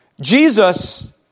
Jesus